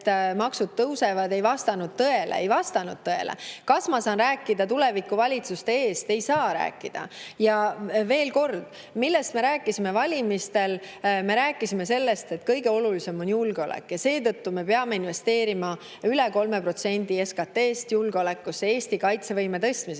et maksud tõusevad, ei vastanud tõele. Ei vastanud tõele! Kas ma saan rääkida tuleviku valitsuste eest? Ei saa rääkida. Veel kord, millest me rääkisime valimistel? Me rääkisime sellest, et kõige olulisem on julgeolek ja seetõttu me peame investeerima üle 3% SKT-st julgeolekusse, Eesti kaitsevõime tõstmisesse.